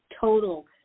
total